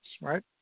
right